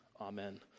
Amen